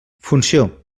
funció